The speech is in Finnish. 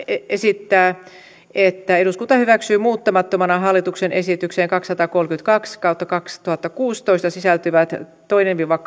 esittää että eduskunta hyväksyy muuttamattomana hallituksen esitykseen kaksisataakolmekymmentäkaksi kautta kaksituhattakuusitoista vp sisältyvät toisen viiva